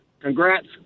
congrats